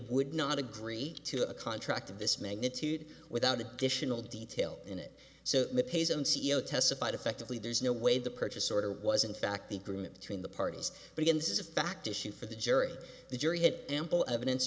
would not agree to a contract of this magnitude without additional detail in it so the payson c e o testified effectively there's no way the purchase order was in fact the agreement between the parties but again this is a fact issue for the jury the jury had ample evidence